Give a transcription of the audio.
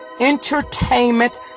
Entertainment